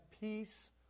peace